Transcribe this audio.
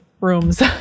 rooms